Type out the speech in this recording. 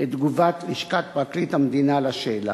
את תגובת לשכת פרקליט המדינה על השאלה: